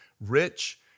rich